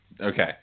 Okay